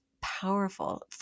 powerful